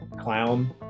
clown